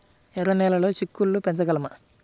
ఎర్ర నెలలో చిక్కుళ్ళు పెంచగలమా?